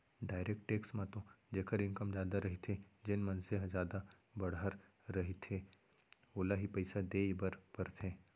direct tax म तो जेखर इनकम जादा रहिथे जेन मनसे ह जादा बड़हर रहिथे ओला ही पइसा देय बर परथे